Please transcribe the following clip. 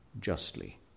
justly